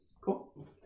Cool